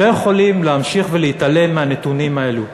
לא יכולים להמשיך להתעלם מהנתונים האלה.